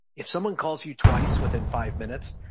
if someone calls you twice within five minutes,